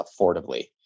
affordably